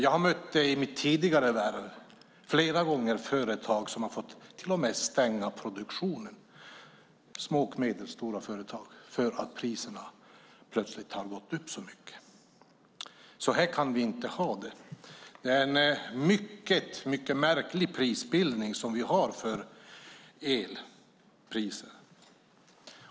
I mitt tidigare värv mötte jag flera gånger små och medelstora företag som till och med fått stoppa produktionen för att priserna plötsligt gått upp så mycket. Så här kan vi inte ha det. Det är en mycket märklig prisbildning vi har för el.